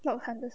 loud thunders